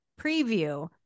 preview